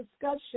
discussion